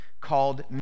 called